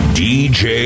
dj